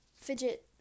fidget